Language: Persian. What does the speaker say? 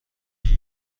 ممم